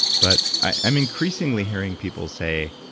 but i'm increasingly hearing people say,